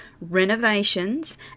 renovations